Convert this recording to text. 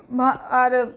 आओर